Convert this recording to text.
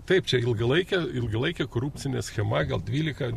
taip čia ilgalaikė ilgalaikė korupcinė schema gal dvylika